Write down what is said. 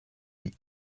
die